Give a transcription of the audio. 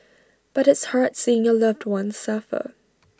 but it's hard seeing your loved one suffer